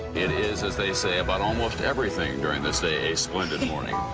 it is as they say about almost everything during this day a splendid morning.